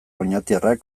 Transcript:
oñatiarrak